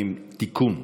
120) (תיקון),